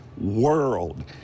world